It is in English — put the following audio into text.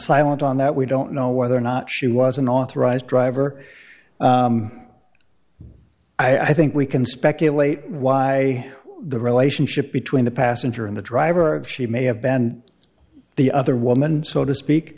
silent on that we don't know whether or not she was an authorized driver i think we can speculate why the relationship between the passenger in the driver and she may have banned the other woman so to speak